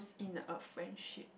in a friendship